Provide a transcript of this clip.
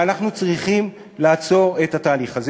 ואנחנו צריכים לעצור את התהליך הזה.